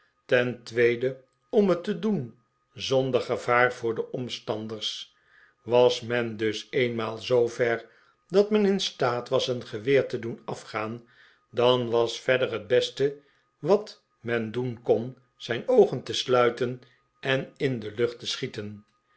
ten tweede om het te doen zonder gevaar voor de omstanders was men dus eenmaal zoo ver dat men in staat was een geweer te doen afgaan dan was verder het beste wat men doen kon zijn oogen te sluiten en in de lucht te schieten